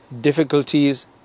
difficulties